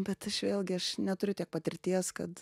bet aš vėlgi aš neturiu tiek patirties kad